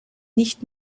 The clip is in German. nicht